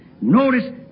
Notice